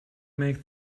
make